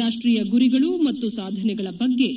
ರಾಷ್ಷೀಯ ಗುರಿಗಳು ಮತ್ತು ಸಾಧನೆಗಳ ಬಗ್ಗೆ